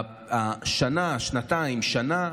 שנה-שנתיים-שנה,